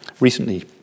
recently